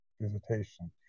visitation